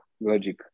logic